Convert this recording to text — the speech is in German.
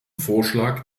vorschlag